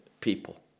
people